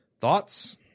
thoughts